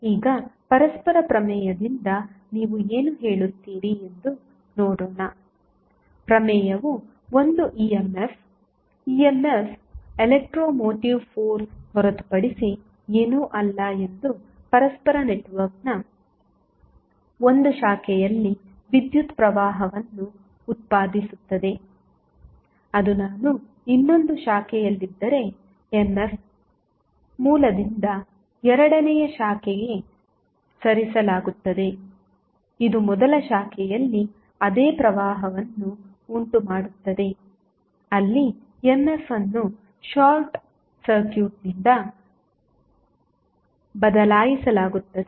ಈಗ ಪರಸ್ಪರ ಪ್ರಮೇಯದಿಂದ ನೀವು ಏನು ಹೇಳುತ್ತೀರಿ ಎಂದು ನೋಡೋಣ ಪ್ರಮೇಯವು ಒಂದು EMF EMF electromotive force ಹೊರತುಪಡಿಸಿ ಏನೂ ಅಲ್ಲ ಎಂದು ಪರಸ್ಪರ ನೆಟ್ವರ್ಕ್ನ 1 ಶಾಖೆಯಲ್ಲಿ ವಿದ್ಯುತ್ ಪ್ರವಾಹವನ್ನು ಉತ್ಪಾದಿಸುತ್ತದೆ ಅದು ನಾನು ಇನ್ನೊಂದು ಶಾಖೆಯಲ್ಲಿದ್ದರೆ ಎಮ್ಎಫ್ ಮೊದಲಿನಿಂದ ಎರಡನೆಯ ಶಾಖೆಗೆ ಸರಿಸಲಾಗುತ್ತದೆ ಇದು ಮೊದಲ ಶಾಖೆಯಲ್ಲಿ ಅದೇ ಪ್ರವಾಹವನ್ನು ಉಂಟುಮಾಡುತ್ತದೆ ಅಲ್ಲಿ ಎಮ್ಎಫ್ ಅನ್ನು ಶಾರ್ಟ್ ಸರ್ಕ್ಯೂಟ್ನಿಂದ ಬದಲಾಯಿಸಲಾಗುತ್ತದೆ